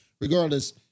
Regardless